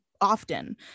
often